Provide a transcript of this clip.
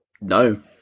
no